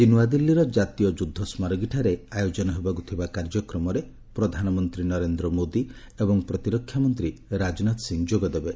ଆଜି ନୂଆଦିଲ୍ଲୀର ଜାତୀୟ ଯୁଦ୍ଧସ୍ମାରକୀଠାରେ ଆୟୋଜନ ହେବାକୁ ଥିବା କାର୍ଯ୍ୟକ୍ରମରେ ପ୍ରଧାନମନ୍ତ୍ରୀ ନରେନ୍ଦ୍ର ମୋଦି ଏବଂ ପ୍ରତିରକ୍ଷା ମନ୍ତ୍ରୀ ରାଜନାଥ ସିଂହ ଯୋଗଦେବେ